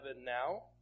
now